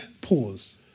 pause